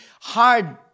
hard